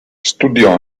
studiò